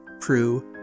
Prue